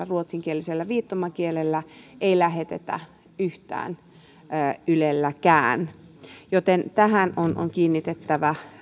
ruotsinkielisellä viittomakielellä ei lähetetä mitään ylelläkään tähän on on kiinnitettävä